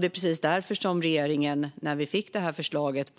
Det är precis därför som regeringen när vi fick utredningsförslaget